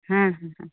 ᱦᱮᱸ ᱦᱮᱸ ᱦᱮᱸ